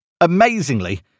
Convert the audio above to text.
amazingly